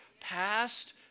past